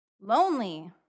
lonely